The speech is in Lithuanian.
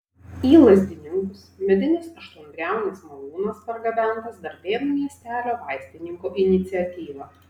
į lazdininkus medinis aštuonbriaunis malūnas pargabentas darbėnų miestelio vaistininko iniciatyva